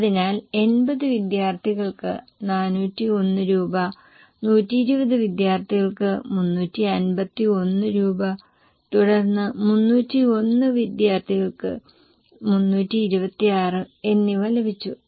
അതിനാൽ 80 വിദ്യാർത്ഥികൾക്ക് 401 രൂപ 120 വിദ്യാർത്ഥികൾക്ക് 351 രൂപ തുടർന്ന് 303 326 എന്നിവ ലഭിച്ചു